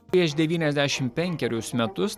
prieš devyniasdešim penkerius metus